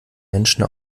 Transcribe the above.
menschen